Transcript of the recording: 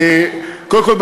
קודם כול,